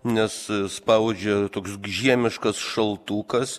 nes spaudžia toks žiemiškas šaltukas